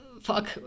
fuck